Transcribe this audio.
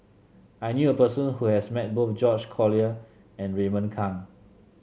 I knew a person who has met both George Collyer and Raymond Kang